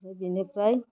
ओमफ्राय बिनिफ्राय